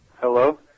hello